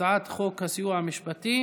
הצעת חוק הסיוע המשפטי